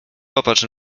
popatrz